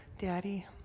daddy